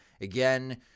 again